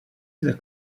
zde